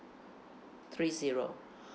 three zero